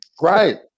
right